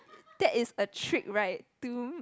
that is a trick right to